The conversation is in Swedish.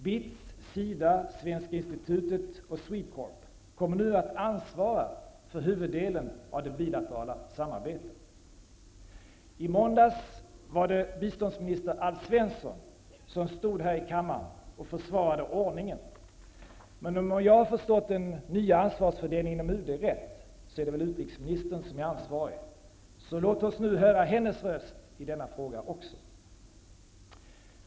BITS, SIDA, Svenska Institutet och Swedecorp kommer nu att ansvara för huvuddelen av det bilaterala samarbetet. I måndags var det biståndsminister Alf Svensson som här i kammaren försvarade ordningen. Men om jag förstått ansvarsfördelningen inom UD rätt, så är det väl utrikesministern som är ansvarig. Låt oss nu höra hennes röst i denna fråga.